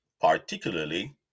particularly